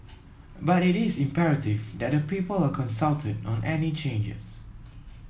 but it is imperative that the people are consulted on any changes